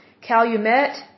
Calumet